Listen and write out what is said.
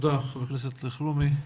תודה חבר הכנסת אלחרומי.